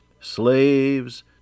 slaves